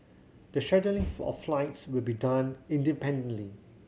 the scheduling of flights will be done independently